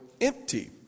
empty